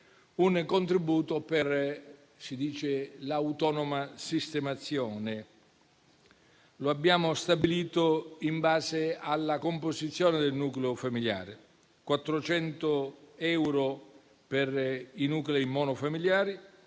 un contributo per l'autonoma sistemazione. Lo abbiamo stabilito in base alla composizione del nucleo familiare; 400 euro per i nuclei monofamiliari,